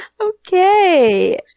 Okay